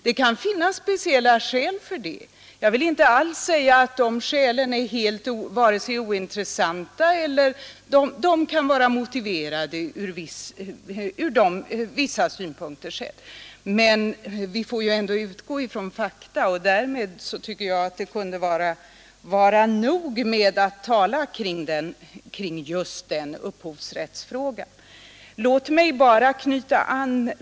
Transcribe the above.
Det kan finnas speciella skäl för att inte föra en fråga till det politiska planet. Jag vill inte säga att de skälen är ointressanta, de kan vara motiverade ur vissa synpunkter. Men vi får ändå utgå ifrån fakta och inte motivera varför frågan inte tagits upp samtidigt som man påstår att den tagits upp. Därmed tycker jag det kunde vara nog talat kring upphovsrättsfrågan.